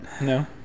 no